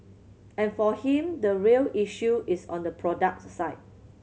and for him the real issue is on the product side